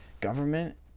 government